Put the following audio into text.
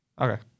Okay